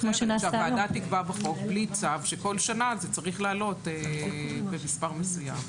הוועדה תקבע בחוק בלי צו שכל שנה זה צריך לעלות במספר מסוים.